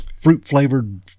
fruit-flavored